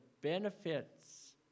benefits